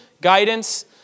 guidance